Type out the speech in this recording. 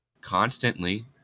constantly